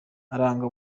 aranga